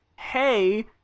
Hey